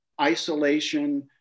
isolation